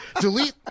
Delete